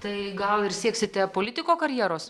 tai gal ir sieksite politiko karjeros